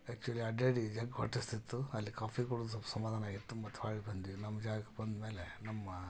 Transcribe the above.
actually ಅಡ್ಡಾಡಿ ಜಗ್ಗಿ ಹೊಟ್ಟೆ ಹಸ್ದಿತ್ತು ಅಲ್ಲಿ ಕಾಫಿ ಕುಡಿದು ಸ್ವಲ್ಪ ಸಮಾಧಾನ ಆಗಿತ್ತು ಮತ್ತು ಹೊರಗೆ ಬಂದ್ವಿ ನಮ್ಮ ಜಾಗಕ್ಕೆ ಬಂದ ಮೇಲೆ ನಮ್ಮ